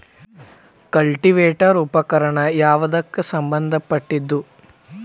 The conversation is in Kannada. ಕಲ್ಟಿವೇಟರ ಉಪಕರಣ ಯಾವದಕ್ಕ ಸಂಬಂಧ ಪಟ್ಟಿದ್ದು?